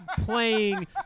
playing